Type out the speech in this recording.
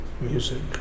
music